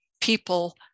people